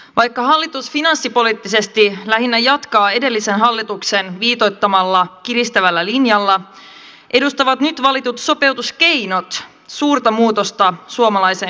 vaikka hallitus finanssipoliittisesti lähinnä jatkaa edellisen hallituksen viitoittamalla kiristävällä linjalla edustavat nyt valitut sopeutuskeinot suurta muutosta suomalaiseen yhteiskuntapolitiikkaan